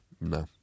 No